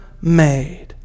made